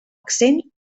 accent